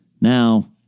Now